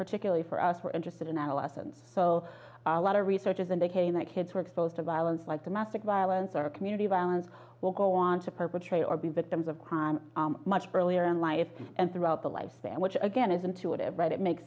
particularly for us we're interested in adolescence so a lot of research is indicating that kids are exposed to violence like domestic violence or community violence will go on to perpetrate or be victims of crime much for earlier in life and throughout the lifespan which again is intuitive right it makes